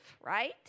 right